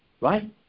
Right